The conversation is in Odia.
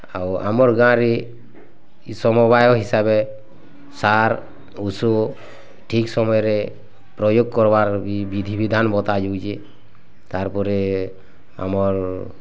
ଆଉ ଆମର୍ ଗାଁରେ ଇ ସମବାୟ ହିସାବେ ସାର୍ ଓଷ ଠିକ୍ ସମୟରେ ପ୍ରୟୋଗ କରିବାର୍ ବି ବିଧି ବିଧାନ ବତା ଯାଉଛି ତାର୍ ପରେ ଆମର୍